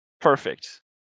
perfect